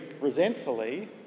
resentfully